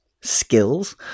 skills